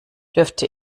dürfte